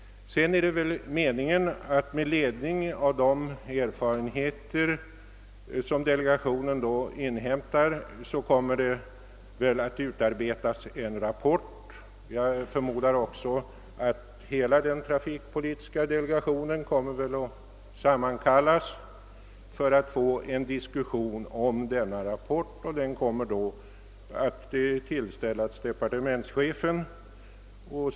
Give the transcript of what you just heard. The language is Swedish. Sedan är det meningen att med ledning av de erfarenheter som delegationen inhämtat utarbeta en rapport. Jag förmodar att hela den trafikpolitiska delegationen också kommer att sammankallas för att diskutera denna rapport, som då kommer att tillställas departementschefen.